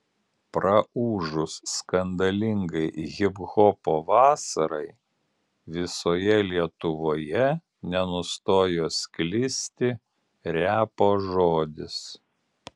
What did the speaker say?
praūžus skandalingai hiphopo vasarai visoje lietuvoje nenustojo sklisti repo žodis